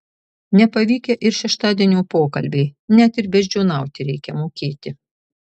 nepavykę ir šeštadienio pokalbiai net ir beždžioniauti reikia mokėti